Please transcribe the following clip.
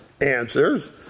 answers